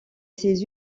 ces